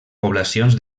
poblacions